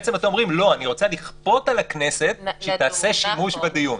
בעצם אתם אומרים: אני רוצה לכפות על הכנסת שהיא תעשה שימוש בדיון.